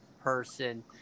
person